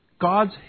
God's